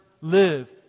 live